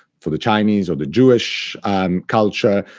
for the chinese or the jewish culture,